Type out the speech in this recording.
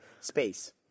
Space